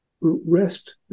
rest